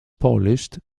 polished